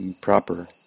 proper